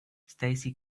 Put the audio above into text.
stacey